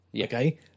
Okay